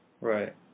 Right